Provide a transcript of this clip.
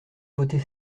voter